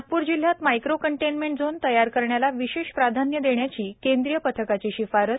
नागप्र जिल्ह्यात micro containment zone तयार करण्याला विशेष प्राधान्य देण्याची केंद्रीय पथकाची शिफारस